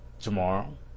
Tomorrow